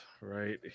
right